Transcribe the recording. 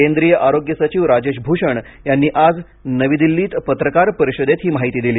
केंद्रीय आरोग्य सचिव राजेश भूषण यांनी आज नवी दिल्लीत पत्रकार परिषदेत ही माहिती दिली